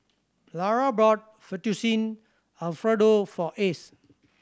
Lara bought Fettuccine Alfredo for Ace